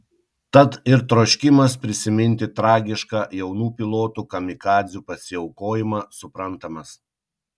tad ir troškimas prisiminti tragišką jaunų pilotų kamikadzių pasiaukojimą suprantamas